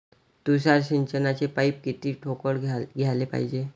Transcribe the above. तुषार सिंचनाचे पाइप किती ठोकळ घ्याले पायजे?